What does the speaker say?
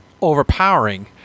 overpowering